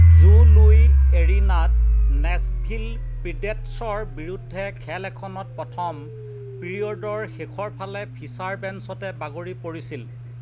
জো Louis এৰিনাত Nashville প্ৰিডেটৰ্ছৰ বিৰুদ্ধে খেল এখনত প্ৰথম পিৰিয়ডৰ শেষৰফালে ফিচাৰ বেঞ্চতে বাগৰি পৰিছিল